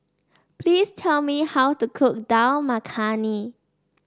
please tell me how to cook Dal Makhani